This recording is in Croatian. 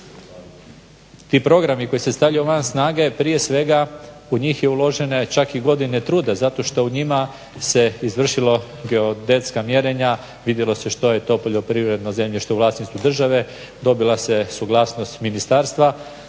Ti programi koji se stavljaju van snage prije svega u njih je uložene čak i godine truda, zato što u njima se izvršilo geodetska mjerenja, vidjelo se što je to poljoprivredno zemljište u vlasništvu države, dobila se suglasnost ministarstva.